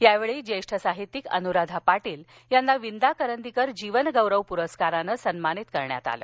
यावेळी ज्येष्ठ साहित्यिक अनुराधा पाटील यांना विंदा करंदीकर जीवन गौरव पुरस्कारानं सन्मानित करण्यात आलं